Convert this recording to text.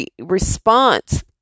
response